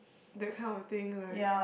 that kind of thing right